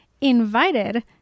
invited